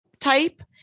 type